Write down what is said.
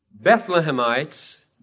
Bethlehemites